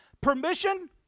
Permission